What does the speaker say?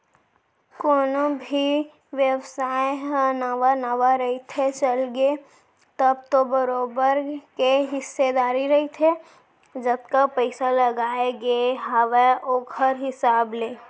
कोनो भी बेवसाय ह नवा नवा रहिथे, चलगे तब तो बरोबर के हिस्सादारी रहिथे जतका पइसा लगाय गे हावय ओखर हिसाब ले